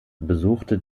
besuchte